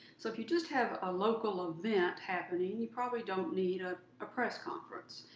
so if you just have a local event happening, and you probably don't need ah a press conference,